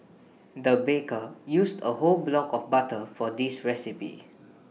the baker used A whole block of butter for this recipe